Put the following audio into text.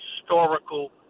historical